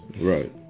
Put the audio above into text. Right